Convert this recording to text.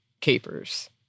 capers